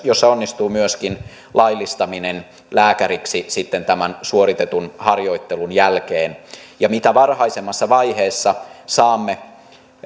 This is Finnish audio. jossa onnistuu myöskin laillistaminen lääkäriksi sitten tämän suoritetun harjoittelun jälkeen ja mitä varhaisemmassa vaiheessa saamme